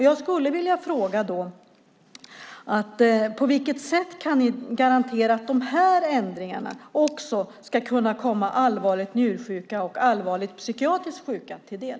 Jag skulle då vilja fråga: På vilket sätt kan ni garantera att de här ändringarna också ska kunna komma allvarligt njursjuka och allvarligt psykiatriskt sjuka till del?